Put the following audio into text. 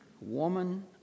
Woman